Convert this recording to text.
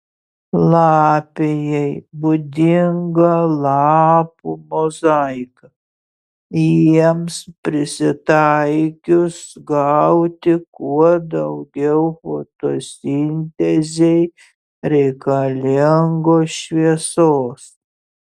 lapijai būdinga lapų mozaika jiems prisitaikius gauti kuo daugiau fotosintezei reikalingos šviesos